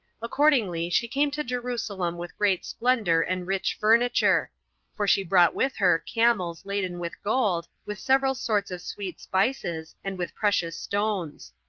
accordingly she came to jerusalem with great splendor and rich furniture for she brought with her camels laden with gold, with several sorts of sweet spices, and with precious stones.